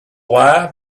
lie